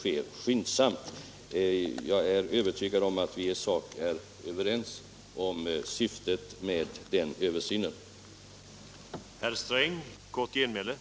Jag Onsdagen den är övertygad om att vi i sak är överens om syftet med en sådan översyn. 11 maj 1977